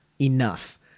enough